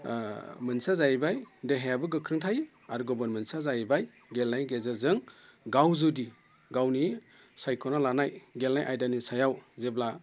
मोनसेया जाहैबाय देहायाबो गोख्रों थायो आरो गुबुन मोनसेया जाहैबाय गेलेनायनि गेजेरजों गाव जुदि गावनि सायख'नानै लानाय गेलेनाय आयदानि सायाव जेब्ला